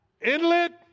Inlet